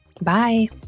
Bye